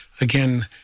again